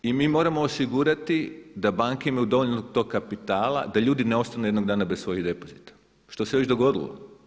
I mi moramo osigurati da banke imaju dovoljno tog kapitala da ljudi ne ostanu jednog dana bez svojih depozita, što se već dogodilo.